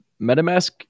metamask